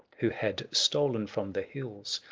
who had stolen from the hills,